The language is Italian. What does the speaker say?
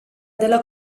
della